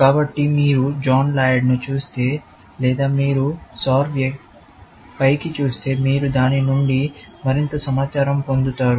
కాబట్టి మీరు జాన్ లైర్డ్ను చూస్తే లేదా మీరు సోర్ పైకి చూస్తే మీరు దాని నుండి మరింత సమాచారం పొందుతారు